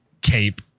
cape